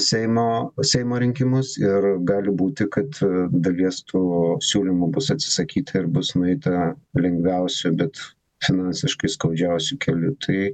seimo seimo rinkimus ir gali būti kad dalies tų siūlymų bus atsisakyta ir bus nueita lengviausiu bet finansiškai skaudžiausi keliu tai